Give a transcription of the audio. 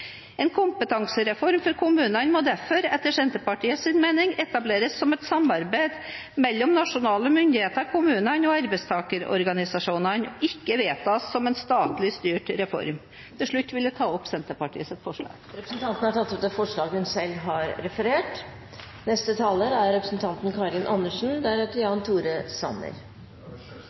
kommunene må derfor, etter Senterpartiets mening, etableres som et samarbeid mellom nasjonale myndigheter, kommunene og arbeidstakerorganisasjonene, og ikke vedtas som en statlig styrt reform. Til slutt vil jeg ta opp Senterpartiets forslag. Representanten Heidi Greni har tatt opp det forslaget hun refererte til. Det var et godt innlegg av representanten